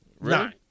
Nine